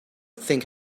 think